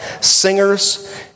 singers